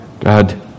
God